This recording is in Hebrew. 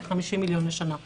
כ-50 מיליון שקלים לשנה.